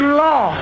law